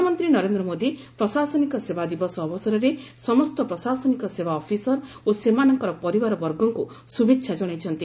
ପ୍ରଧାନମନ୍ତ୍ରୀ ନରେନ୍ଦ୍ର ମୋଦି ପ୍ରଶାସନିକ ସେବା ଦିବସ ଅବସରରେ ସମସ୍ତ ପ୍ରଶାସନିକ ସେବା ଅଫିସର ଓ ସେମାନଙ୍କର ପରିବାରବର୍ଗଙ୍କ ଶୁଭେଛା ଜଣାଇଛନ୍ତି